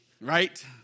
right